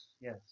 Yes